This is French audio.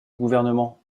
gouvernement